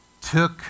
took